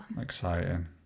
Exciting